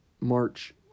March